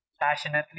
passionately